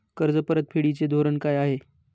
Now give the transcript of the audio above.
कर्ज परतफेडीचे धोरण काय आहे?